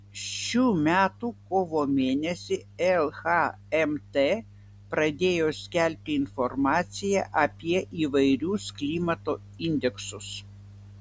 šių metų kovo mėnesį lhmt pradėjo skelbti informaciją apie įvairius klimato indeksus